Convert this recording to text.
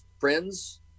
friends